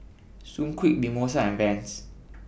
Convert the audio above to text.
Sunquick Mimosa and Vans